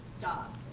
stop